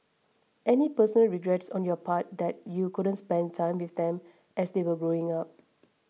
any personal regrets on your part that you couldn't spend time with them as they were growing up